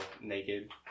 naked